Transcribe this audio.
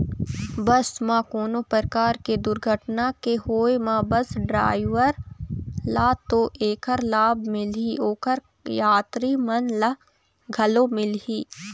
बस म कोनो परकार के दुरघटना के होय म बस डराइवर ल तो ऐखर लाभ मिलही, ओखर यातरी मन ल घलो मिलही